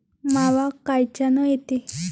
मावा कायच्यानं येते?